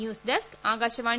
news desk Akashvani